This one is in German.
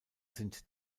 sind